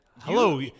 Hello